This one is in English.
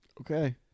Okay